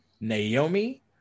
Naomi